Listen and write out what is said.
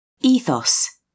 Ethos